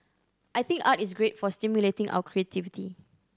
I think art is great for stimulating our creativity